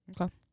Okay